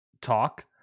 talk